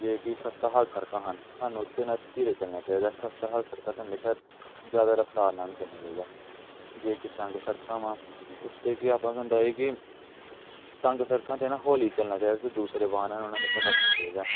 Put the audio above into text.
ਜੋ ਕਿ ਖਸਤਾ ਹਾਲ ਸੜਕਾਂ ਹਨ ਸਾਨੂੰ ਉੱਤੇ ਨਾ ਧੀਰੇ ਚੱਲਣਾ ਚਾਹੀਦਾ ਖਸਤਾ ਹਾਲ ਸੜਕਾਂ 'ਤੇ ਹਮੇਸ਼ਾ ਜ਼ਿਆਦਾ ਰਫਤਾਰ ਨਾਲ ਨਹੀਂ ਚੱਲਣਾ ਚਾਹੀਦਾ ਜੋ ਕਿ ਤੰਗ ਸੜਕਾਂ ਵਾ ਉਸ 'ਤੇ ਕੀ ਆਪਾਂ ਕਿ ਤੰਗ ਸੜਕਾਂ 'ਤੇ ਨਾ ਹੌਲੀ ਚੱਲਣਾ ਚਾਹੀਦਾ ਅਤੇ ਦੂਸਰੇ ਵਾਹਨਾਂ ਨੂੰ ਨਾ ਹਮੇਸ਼ਾ ਕੱਟਨਾ ਚਾਹੀਦਾ